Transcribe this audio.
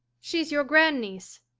she's your grand-niece,